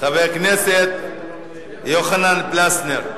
חבר הכנסת יוחנן פלַסנר,